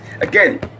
Again